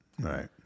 Right